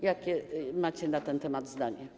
Jakie macie na ten temat zdanie?